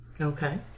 okay